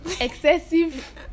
Excessive